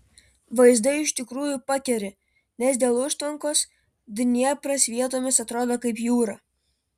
vaizdai iš tikrųjų pakeri nes dėl užtvankos dniepras vietomis atrodo kaip jūra